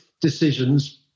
decisions